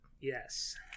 Yes